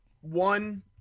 one